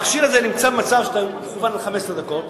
המכשיר הזה במצב שהוא מכוון ל-15 דקות.